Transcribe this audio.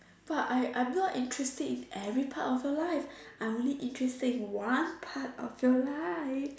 but I'm I'm not interested in every part of your life I'm only interested in one part of your life